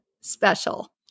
special